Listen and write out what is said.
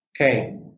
Okay